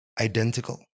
identical